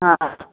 हा